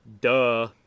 Duh